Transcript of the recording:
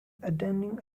attending